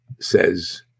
says